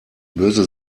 böse